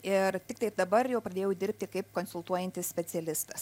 ir tiktai dabar jau pradėjau dirbti kaip konsultuojantis specialistas